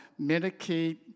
medicate